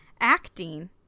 Acting